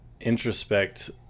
introspect